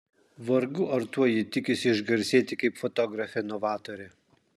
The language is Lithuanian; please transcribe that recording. vargu ar tuo ji tikisi išgarsėti kaip fotografė novatorė